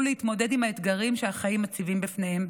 להתמודד עם האתגרים שהחיים מציבים בפניהם,